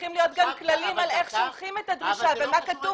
צריכים להיות גם כללים איך שולחים את הדרישה ומה כתוב